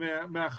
יצא